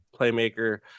playmaker